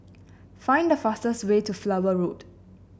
find the fastest way to Flower Road